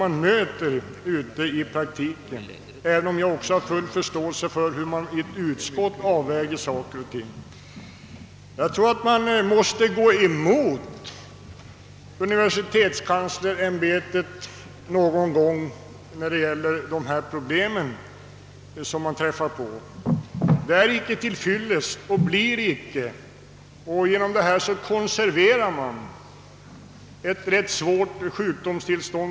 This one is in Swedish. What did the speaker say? Jag säger detta även om jag har full förståelse för hur man inom ett utskott måste avväga saker och ting. Jag tror att man någon gång måste gå emot universitetskanslersämbetet. De professurer som nu finns är inte till fyllest. Om man inte vidtar någon åtgärd på detta område konserveras ett svårt sjukdomstillstånd.